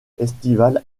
estivale